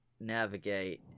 navigate